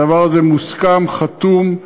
הדבר הזה מוסכם, חתום,